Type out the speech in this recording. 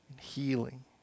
healing